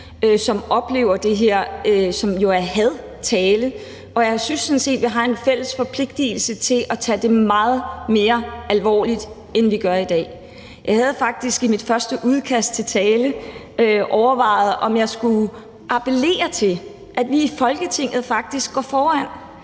som oplever det her, som jo er hadtale. Jeg synes sådan set, at vi har en fælles forpligtelse til at tage det meget mere alvorligt, end vi gør i dag. Jeg havde faktisk i mit første udkast til min tale overvejet, om jeg skulle appellere til, at vi i Folketinget faktisk går foran